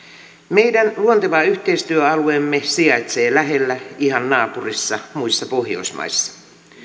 meidän luonteva yhteistyöalueemme sijaitsee lähellä ihan naapurissa muissa pohjoismaissa